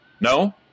no